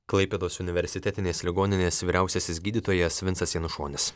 klaipėdos universitetinės ligoninės vyriausiasis gydytojas vincas janušonis